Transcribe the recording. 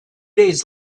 days